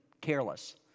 careless